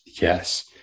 Yes